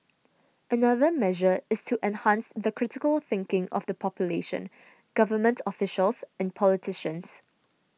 another measure is to enhance the critical thinking of the population government officials and politicians